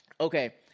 okay